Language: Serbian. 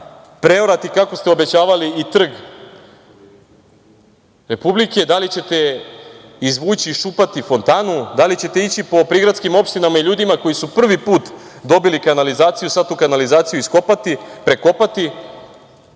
preorati, kako ste obećavali, i Trg republike, da li ćete izvući, iščupati fontanu? Da li ćete ići po prigradskim opštinama i ljudima koji su prvi put dobili kanalizaciju sada tu kanalizaciju iskopati, prekopati